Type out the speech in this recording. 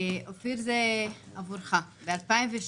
אופיר זה עבורך: ב-2013,